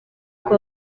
uko